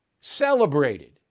celebrated